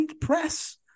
press